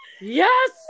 Yes